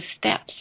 steps